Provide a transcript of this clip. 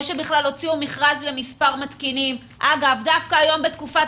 זה שבכלל הוציאו מכרז למספר מתקינים דווקא היום בתקופת